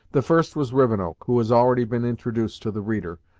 the first was rivenoak, who has already been introduced to the reader,